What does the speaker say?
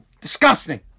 Disgusting